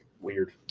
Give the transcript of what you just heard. weird